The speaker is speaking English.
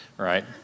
Right